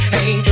Hey